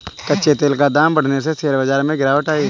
कच्चे तेल का दाम बढ़ने से शेयर बाजार में गिरावट आई